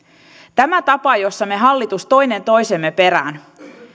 tämä tapa jolla me hallitus toinen toisemme perään